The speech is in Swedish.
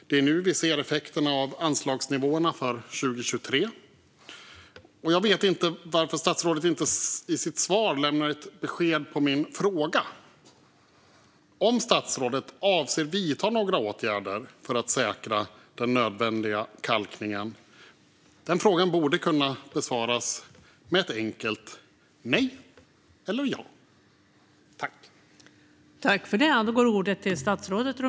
Det är nu vi ser effekterna av anslagsnivåerna för 2023, och jag vet inte varför statsrådet i sitt svar inte lämnar ett besked på min fråga, om statsrådet avser att vidta några åtgärder för att säkra den nödvändiga kalkningen. Denna fråga borde kunna besvaras med ett enkelt nej eller ja.